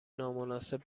نامناسب